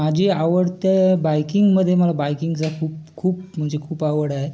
माझी आवड त्या बाइकिंगमध्ये मला बाइकिंगचा खूप खूप म्हणजे खूप आवड आहे